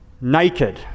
Naked